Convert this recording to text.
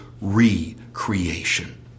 recreation